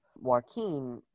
Joaquin